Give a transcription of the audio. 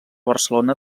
barcelona